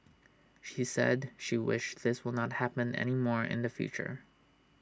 she said she wished this will not happen anymore in the future